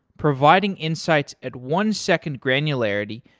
providing insights at one second granularity,